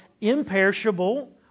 imperishable